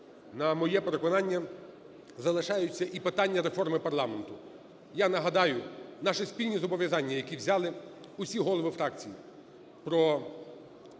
на моє переконання, залишається і питання реформи парламенту. Я нагадаю, наші спільні зобов'язання, які взяли усі голови фракцій про